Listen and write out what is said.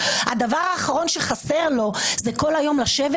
הדבר האחרון שחסר לו זה כל היום לשבת